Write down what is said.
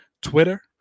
Twitter